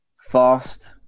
fast